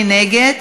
מי נגד?